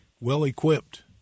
well-equipped